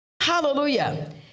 Hallelujah